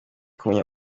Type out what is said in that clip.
kumenya